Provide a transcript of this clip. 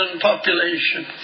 population